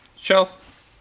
shelf